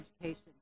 Education